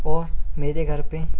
और मेरे घर पे